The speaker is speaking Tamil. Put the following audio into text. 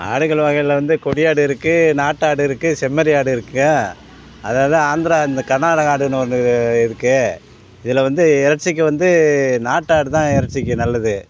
ஆடுகள் வகையில் வந்து கொடி ஆடு இருக்குது நாட்டு ஆடு இருக்குது செம்மறி ஆடு இருக்குது அதாவது ஆந்திரா இந்த கர்நாடகா ஆடுன்னு ஒன்று இரு இருக்குது இதில் வந்து இறைச்சிக்கு வந்து நாட்டு ஆடு தான் இறைச்சிக்கு நல்லது